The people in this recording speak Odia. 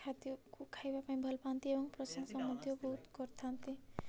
ଖାଦ୍ୟକୁ ଖାଇବା ପାଇଁ ଭଲ ପାଆନ୍ତି ଏବଂ ପ୍ରଶଂସା ମଧ୍ୟ ବହୁତ କରିଥାନ୍ତି